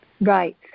Right